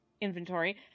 inventory